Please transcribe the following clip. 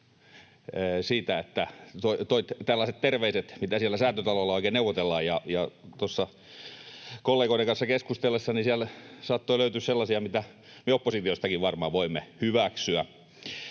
toitte tällaiset terveiset, mitä siellä Säätytalolla oikein neuvotellaan. Tuossa kollegoiden kanssa keskustellessani sieltä on saattanut löytyä sellaisia, mitä me oppositiostakin varmaan voimme hyväksyä.